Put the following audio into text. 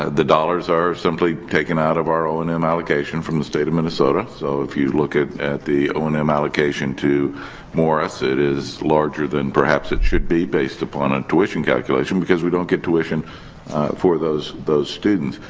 ah the dollars are simply taken out of our o and m allocation from the state of minnesota. so, if you look at the o and m allocation to morris, it is larger than, perhaps, it should be based upon a tuition calculation. because we don't get tuition for those those students.